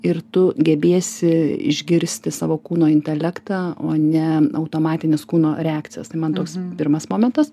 ir tu gebėsi išgirsti savo kūno intelektą o ne automatinės kūno reakcijos tai man toks pirmas momentas